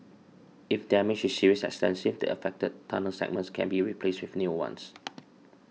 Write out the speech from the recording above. if damage is serious and extensive the affected tunnel segments can be replaced with new ones